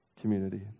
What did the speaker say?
community